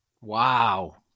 Wow